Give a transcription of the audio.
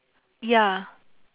ya